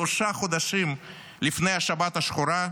שלושה חודשים לפני השבת השחורה,